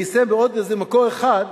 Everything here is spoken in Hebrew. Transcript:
אני אסיים בעוד איזה מקור אחד.